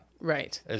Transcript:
Right